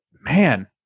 man